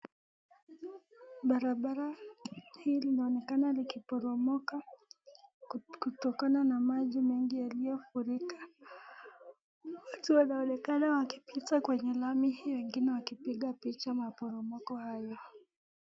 Barabara hii linaonekana likiporomoka kutokana na maji mengi yaliyofurika. Watu wanaonekana wakipita kwenye lami hiyo wengine wakipiga picha maporomoko hayo.